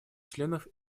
членов